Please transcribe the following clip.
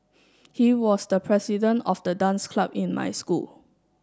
he was the president of the dance club in my school